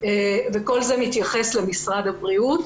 הנפשיים נמצא במשרד הבריאות,